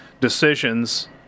decisions